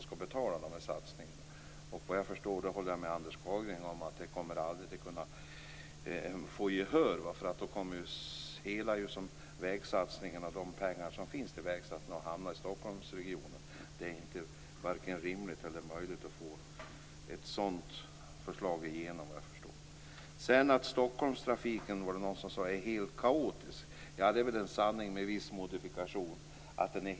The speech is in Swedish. Såvitt jag förstår kommer man aldrig - där håller jag med Andreas Carlgren - att kunna få gehör för det då alla de pengar som finns för vägsatsningarna kommer att hamna i Stockholmsregionen. Det är inte vare sig rimligt eller möjligt att få ett sådant förslag igenom. Det var någon som sade att Stockholmstrafiken är helt kaotisk. Det är en sanning med viss modifikation.